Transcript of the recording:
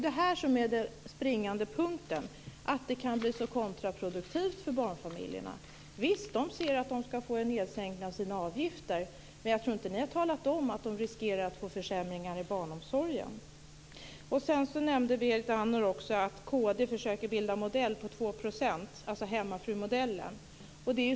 Den springande punkten är att det kan bli kontraproduktivt för barnfamiljerna. De ser att de ska få en sänkning av sina avgifter, men jag tror inte att ni har talat om att de riskerar att få försämringar i barnomsorgen. Berit Andnor nämnde också att kd försöker bilda modell för 2 %, dvs. för hemmafrumodellen.